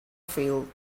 field